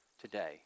today